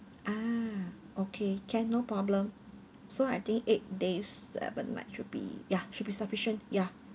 ah okay can no problem so I think eight days seven nights should be ya should sufficient ya